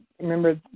remember